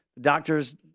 Doctors